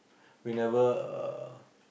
we never uh